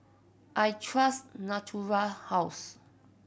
I trust Natura House